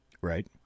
right